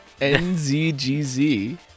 NZGZ